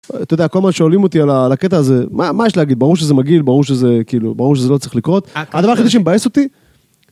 אתה יודע, כל מה ששואלים אותי על הקטע הזה, מה יש להגיד? ברור שזה מגעיל, ברור שזה, כאילו, שזה לא צריך לקרות, הדבר היחידי שמבאס אותי...